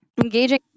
engaging